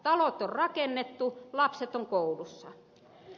talot on rakennettu lapset on koulussa